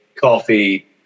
coffee